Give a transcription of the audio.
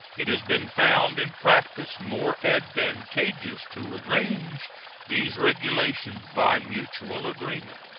it has been found in practice more advantageous to arrange these regulations by mutual agreement.